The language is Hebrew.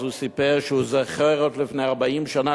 סיפר שהוא זוכר עוד לפני 40 שנה,